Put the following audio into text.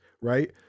right